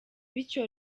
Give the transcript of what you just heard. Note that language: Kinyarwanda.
bityo